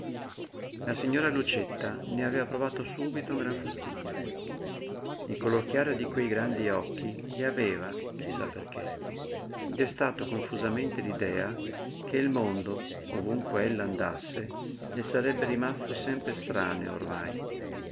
la signora lucietta ne aveva provato subito un gran fastidio il color chiaro di quei grandi occhi le aveva chi sa perché destato confusamente l'idea che il mondo ovunque ella andasse le sarebbe rimasto sempre estraneo ormai